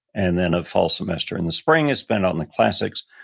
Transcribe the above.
and then a fall semester. and the spring is spent on the classics.